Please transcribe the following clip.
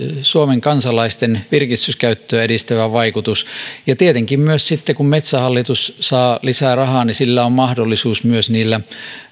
suomen kansalaisten virkistyskäyttöä edistävä vaikutus ja tietenkin sitten kun metsähallitus saa lisää rahaa sillä on myös mahdollisuus parantaa niillä